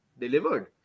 delivered